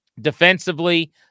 defensively